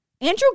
Andrew